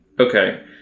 okay